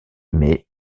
mais